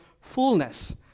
fullness